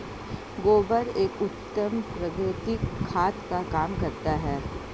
गोबर एक उत्तम प्राकृतिक खाद का काम करता है